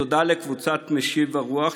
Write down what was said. ותודה לקבוצת "משיב הרוח",